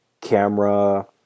camera